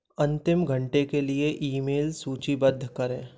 अंतिम घंटे के लिए ईमेल सूचीबद्ध करें